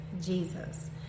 Jesus